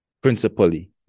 principally